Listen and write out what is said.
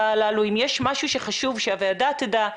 והשאלה היא האם יש משהו שחשוב שהוועדה תדע,